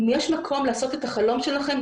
שאם יש מקום לעשות את החלום שלכם,